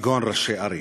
כגון ראשי ערים.